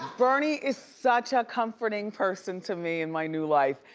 bernie is such a comforting person to me and my new life,